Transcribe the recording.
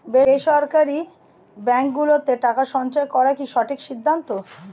বেসরকারী ব্যাঙ্ক গুলোতে টাকা সঞ্চয় করা কি সঠিক সিদ্ধান্ত?